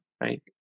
right